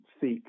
seek